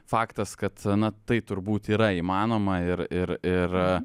faktas kad na tai turbūt yra įmanoma ir ir ir